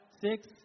six